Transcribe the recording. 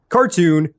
Cartoon